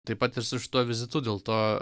taip pat ir su šituo vizitu dėl to